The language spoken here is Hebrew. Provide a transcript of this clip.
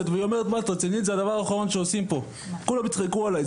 זה הדבר האחרון שאני אעשה כי כולם יצחקו עליי.